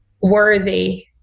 worthy